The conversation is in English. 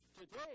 Today